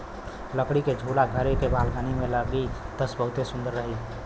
लकड़ी के झूला घरे के बालकनी में लागी त बहुते सुंदर रही